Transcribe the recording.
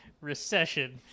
recession